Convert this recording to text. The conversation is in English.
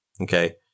Okay